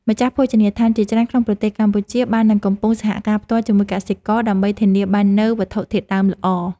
ម្ចាស់ភោជនីយដ្ឋានជាច្រើនក្នុងប្រទេសកម្ពុជាបាននឹងកំពុងសហការផ្ទាល់ជាមួយកសិករ ដើម្បីធានាបាននូវវត្ថុធាតុដើមល្អ។